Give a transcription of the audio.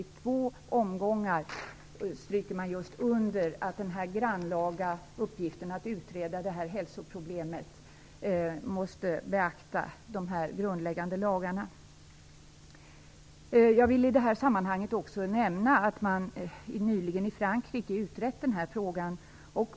I två omgångar stryker man just under att den grannlaga uppgiften att utreda detta hälsoproblem måste inbegripa att de här grundläggande lagarna beaktas. Jag vill i detta sammanhang också nämna att man nyligen i Frankrike utrett frågan.